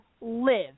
live